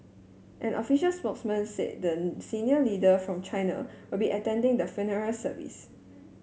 an official spokesman said then senior leader from China will be attending the funeral service